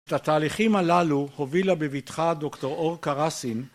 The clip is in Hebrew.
‫את התהליכים הללו הובילה בביטחה ‫דוקטור אורקה רסין.